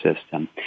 system